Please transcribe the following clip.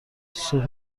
صبح